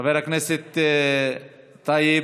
חבר הכנסת טייב,